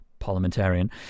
Parliamentarian